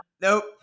Nope